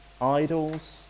idols